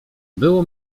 było